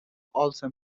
also